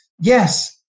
Yes